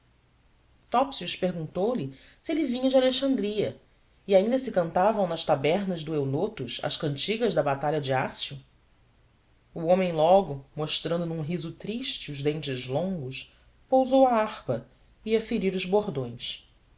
topsius perguntou-lhe se ele vinha de alexandria e ainda se cantavam nas tabernas do eunotos as cantigas da batalha de ácio o homem logo mostrando num riso triste os dentes longos pousou a harpa ia ferir os bordões